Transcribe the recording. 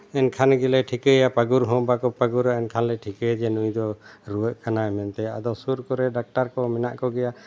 ᱮᱱᱠᱷᱟᱱ ᱜᱮᱞᱮ ᱴᱷᱤᱠᱟᱹᱭᱟ ᱯᱟᱹᱜᱩᱨ ᱦᱚᱸ ᱵᱟᱠᱚ ᱯᱟᱹᱜᱩᱨᱟ ᱮᱱᱠᱷᱟᱱ ᱞᱮ ᱴᱷᱤᱠᱟᱹᱭᱟ ᱡᱮ ᱱᱩᱭ ᱫᱚ ᱨᱩᱣᱟᱹᱜ ᱠᱟᱱᱟᱭ ᱢᱮᱱᱛᱮ ᱟᱫᱚ ᱥᱩᱨ ᱠᱚᱨᱮᱜ ᱰᱟᱠᱛᱟᱨ ᱠᱚ ᱢᱮᱱᱟᱜ ᱠᱚᱜᱮᱭᱟ